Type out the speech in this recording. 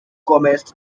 comest